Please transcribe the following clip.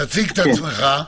תציג את עצמך.